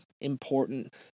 important